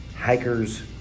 hikers